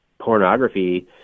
pornography